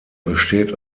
besteht